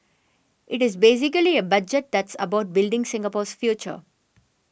it is basically a budget that's about building Singapore's future